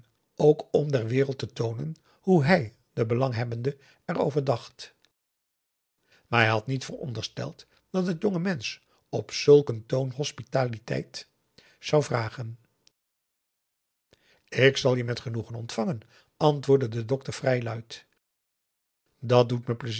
ook om der wereld te toonen hoe hij de belanghebbende er over dacht maar hij had niet verondersteld dat t jonge mensch op zulk een toon hospitaliteit zou vragen ik zal je met genoegen ontvangen antwoordde de dokter vrij luid dat doet me